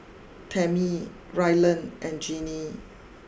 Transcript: Tammie Rylan and Gennie